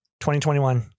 2021